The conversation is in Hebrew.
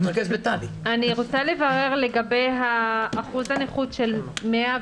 אני רוצה לברר לגבי אחוז הנכות של 112,